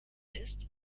ist